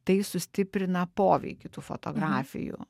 tai sustiprina poveikį tų fotografijų